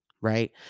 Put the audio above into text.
right